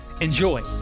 Enjoy